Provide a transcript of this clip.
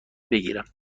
بگیرم